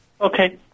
Okay